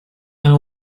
and